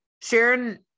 sharon